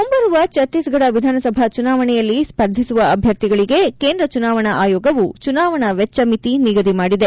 ಮುಂಬರುವ ಛತ್ತೀಸ್ಗಢ ವಿಧಾನಸಭಾ ಚುನಾವಣೆಯಲ್ಲಿ ಸ್ಪರ್ಧಿಸುವ ಅಭ್ಯರ್ಥಿಗಳಗೆ ಕೇಂದ್ರ ಚುನಾವಣಾ ಆಯೋಗವು ಚುನಾವಣಾ ವೆಚ್ಚ ಮಿತಿ ನಿಗದಿ ಮಾಡಿದೆ